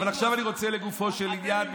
אבל עכשיו אני רוצה לגופו של עניין,